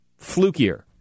flukier